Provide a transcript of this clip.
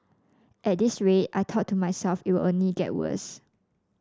at this rate I thought to myself it will only get worse